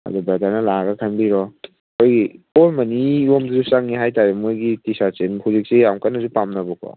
ꯑꯗꯨ ꯕ꯭ꯔꯗꯔꯅ ꯂꯥꯛꯑꯒ ꯈꯟꯕꯤꯔꯣ ꯑꯩꯈꯣꯏꯒꯤ ꯑꯣꯜ ꯃꯅꯤꯒꯨꯝꯕꯁꯨ ꯆꯪꯉꯦ ꯍꯥꯏꯇꯥꯔꯦ ꯃꯣꯏꯒꯤ ꯇꯤ ꯁꯥꯔꯠꯁꯦ ꯍꯧꯖꯤꯛꯁꯦ ꯌꯥꯝ ꯀꯟꯅꯁꯨ ꯄꯥꯝꯅꯕꯀꯣ